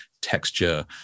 texture